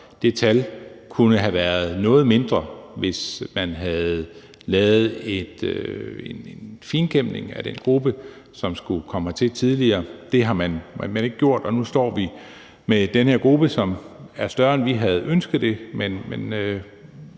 det tal kunne have været noget mindre, hvis man tidligere havde lavet en finkæmning af den gruppe, som skulle komme hertil, men det har man ikke gjort, og nu står vi med den her gruppe, som er større, end vi havde ønsket det.